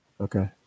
Okay